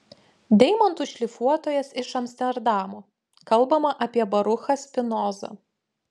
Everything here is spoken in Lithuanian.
deimantų šlifuotojas iš amsterdamo kalbama apie baruchą spinozą